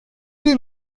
den